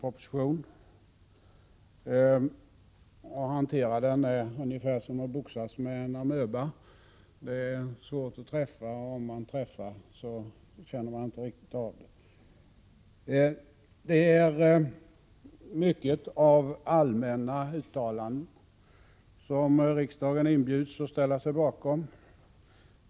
Att hantera den är ungefär som att boxas med en amöba — det är svårt att träffa och om man träffar så känner man inte riktigt av det. Det finns många allmänna uttalanden som riksdagen inbjuds att ställa sig bakom.